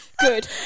Good